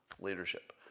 leadership